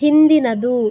ಹಿಂದಿನದು